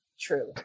true